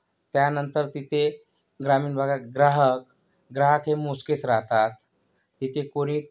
त्यानंतर तिथे ग्रामीण भागात ग्राहक ग्राहक हे मोजकेच राहतात तिथे कोणी